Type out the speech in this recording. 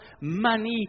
money